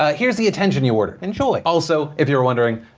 ah here's the attention you ordered. enjoy. also, if you're wondering,